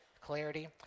clarity